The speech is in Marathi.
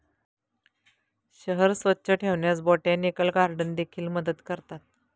शहर स्वच्छ ठेवण्यास बोटॅनिकल गार्डन देखील मदत करतात